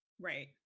Right